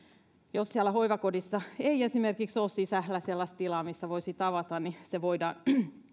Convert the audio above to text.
jos siellä hoivakodissa esimerkiksi ei ole sisällä sellaista tilaa missä voisi tavata niin voidaan